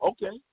Okay